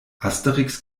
asterix